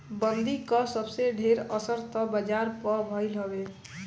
बंदी कअ सबसे ढेर असर तअ बाजार पअ भईल हवे